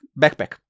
backpack